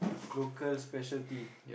local speciality